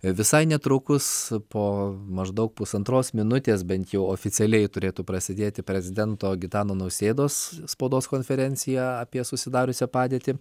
visai netrukus po maždaug pusantros minutės bent jau oficialiai turėtų prasidėti prezidento gitano nausėdos spaudos konferencija apie susidariusią padėtį